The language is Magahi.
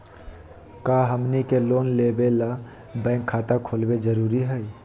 का हमनी के लोन लेबे ला बैंक खाता खोलबे जरुरी हई?